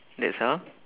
that's all